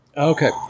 Okay